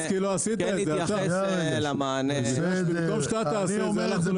אנחנו כן נתייחס למענה --- פנו לבג"ץ כי לא עשית את זה.